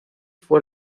fue